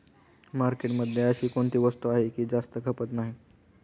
मार्केटमध्ये अशी कोणती वस्तू आहे की जास्त खपत नाही?